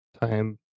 time